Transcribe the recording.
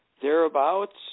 thereabouts